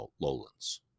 lowlands